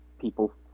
people